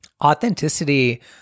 authenticity